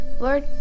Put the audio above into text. Lord